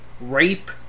Rape